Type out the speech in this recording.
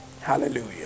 Hallelujah